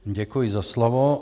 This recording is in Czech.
Děkuji za slovo.